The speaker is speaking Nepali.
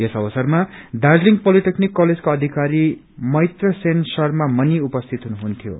यस अवसरमा दार्जीलिङ पोलिटेकनिक कलेजका अधिकारी मैत्र सेन शर्मा पनि उपस्थित हुनुहुन्थ्यो